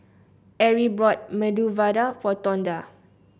Arie bought Medu Vada for Tonda